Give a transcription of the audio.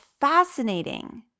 fascinating